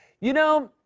you know,